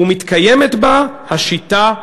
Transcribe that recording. ומתקיימת בה השיטה הדמוקרטית.